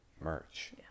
merch